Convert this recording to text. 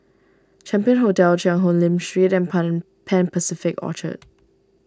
Champion Hotel Cheang Hong Lim Street Pan Pacific Orchard